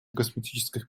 косметических